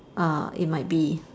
uh it might be